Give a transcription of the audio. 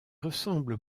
ressemble